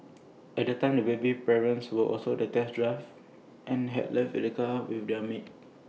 at the time the baby's parents were on A test drive and had left the car keys with their maid